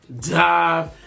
dive